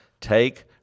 Take